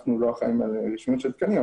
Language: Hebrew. אנחנו לא אחראים על רשמיות של תקנים,